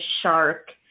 shark